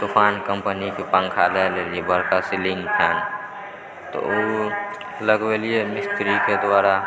तूफान कम्पनीके पङ्खा लए लेलियै बड़का सिलिङ्ग फैन तऽ ओ लगबेलियै मिस्त्रीके द्वारा